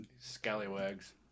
Scallywags